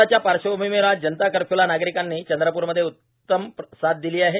कोरोनाच्या पार्श्वभूमीवर आज जनता कफ्यूला नागरिकांनी चंद्रप्रमध्ये उत्तम साद दिली आहेत